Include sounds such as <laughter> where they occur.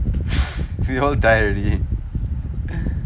<noise> they all die already